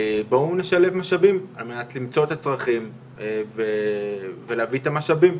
בואו נשלב משאבים על מנת למצוא את הצרכים ולהביא את המשאבים,